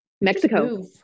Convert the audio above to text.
Mexico